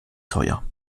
teuer